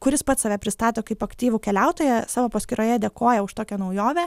kuris pats save pristato kaip aktyvų keliautoją savo paskyroje dėkoja už tokią naujovę